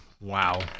Wow